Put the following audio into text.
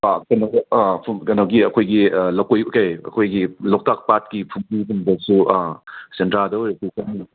ꯀꯩꯅꯣꯒꯤ ꯀꯩꯅꯣꯒꯤ ꯑꯩꯈꯣꯏꯒꯤ ꯂꯀꯣꯏꯒꯤ ꯀꯔꯤ ꯑꯩꯈꯣꯏꯒꯤ ꯂꯣꯛꯇꯥꯛ ꯄꯥꯠꯀꯤ ꯐꯨꯝꯗꯤꯒꯨꯝꯕꯁꯨ ꯑꯥ ꯁꯦꯟꯗ꯭ꯔꯗ ꯑꯣꯏꯔꯁꯨ ꯑꯗꯨꯝ